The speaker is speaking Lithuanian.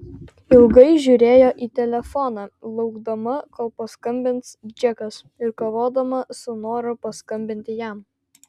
ilgai žiūrėjo į telefoną laukdama kol paskambins džekas ir kovodama su noru paskambinti jam